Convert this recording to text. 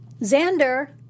Xander